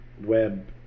web